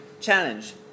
challenge